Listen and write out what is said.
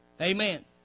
Amen